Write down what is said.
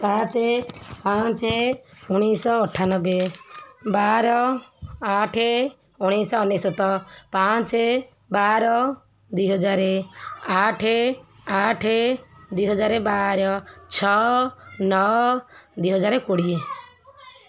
ସାତ ପାଞ୍ଚ ଉଣେଇଶି ଶହ ଅଠାନବେ ବାର ଆଠ ଉଣେଇଶି ଶହ ଅନେଶତ ପାଞ୍ଚ ବାର ଦୁଇ ହଜାର ଆଠ ଆଠ ଦୁଇ ହଜାର ବାର ଛଅ ନଅ ଦୁଇ ହଜାର କୋଡ଼ିଏ